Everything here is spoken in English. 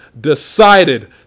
decided